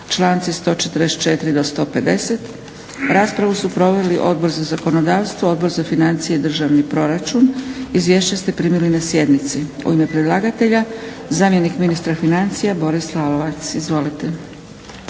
članci 144.do 150. Raspravu su proveli Odbor za zakonodavstvo, Odbor za financije i državni proračun. Izvješća ste primili na sjednici. U ime predlagatelja zamjenik ministra financija Boris Lalovac. Izvolite.